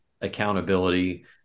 accountability